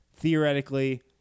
theoretically